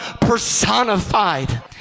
personified